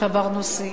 שברנו שיא.